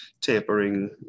tampering